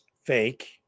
fake